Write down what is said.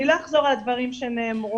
אני לא אחזור על דברים שנאמרו,